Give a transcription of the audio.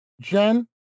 Jen